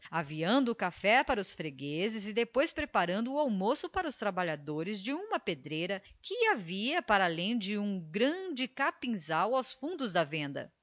aviando o café para os fregueses e depois preparando o almoço para os trabalhadores de uma pedreira que havia para além de um grande capinzal aos fundos da venda